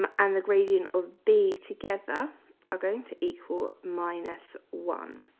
um and the gradient of b together are going to equal minus one